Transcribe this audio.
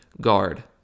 guard